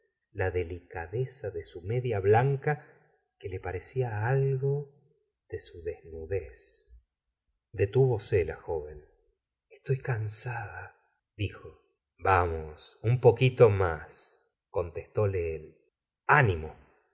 la delicadeza de su media blanca que le parecía algo de su desnudez detúvose la joven estoy cansada dijo vamos un poquito mas contestle él animo